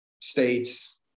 states